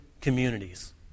communities